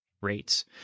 rates